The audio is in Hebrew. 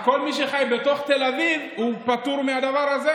כל מי שחי בתוך תל אביב פטור מהדבר הזה,